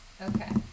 okay